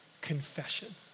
confession